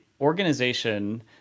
organization